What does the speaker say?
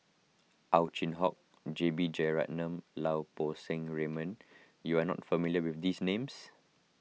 Ow Chin Hock J B Jeyaretnam Lau Poo Seng Raymond you are not familiar with these names